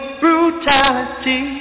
brutality